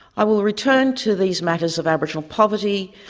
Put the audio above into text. i will return to these matters of aboriginal poverty,